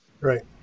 Right